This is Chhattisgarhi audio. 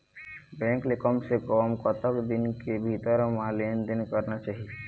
बैंक ले कम से कम कतक दिन के भीतर मा लेन देन करना चाही?